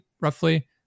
roughly